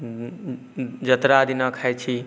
जतरा दिन खाइ छी